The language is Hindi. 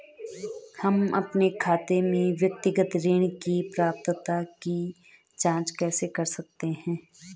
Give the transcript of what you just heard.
हम अपने खाते में व्यक्तिगत ऋण की पात्रता की जांच कैसे कर सकते हैं?